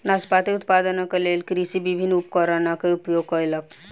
नाशपाती उत्पादनक लेल कृषक विभिन्न उपकरणक उपयोग कयलक